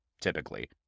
typically